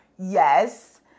Yes